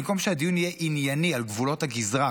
במקום שהדיון יהיה ענייני על גבולות הגזרה,